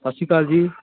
ਸਤਿ ਸ਼੍ਰੀ ਅਕਾਲ ਜੀ